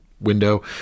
window